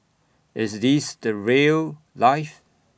is this the rail life